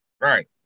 Right